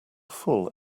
full